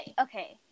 okay